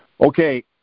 Okay